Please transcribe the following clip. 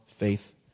faith